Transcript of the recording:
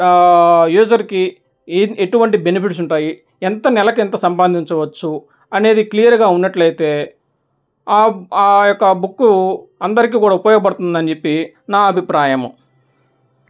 యూజర్కి ఏ ఎటువంటి బెనిఫిట్స్ ఉంటాయి ఎంత నెలకి ఎంత సంపాదించవచ్చు అనేది క్లియర్గా ఉన్నట్లయితే ఆయొక్క బుక్కు అందరికీ కూడా ఉపయోగపడుతుందని చెప్పి నా అభిప్రాయము